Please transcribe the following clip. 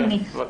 כן, בבקשה.